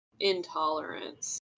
intolerance